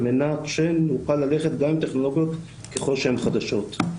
מנת שנוכל ללכת גם עם טכנולוגיות ככל שהן חדשות.